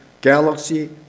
galaxy